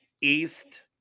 East